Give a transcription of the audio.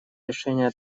решение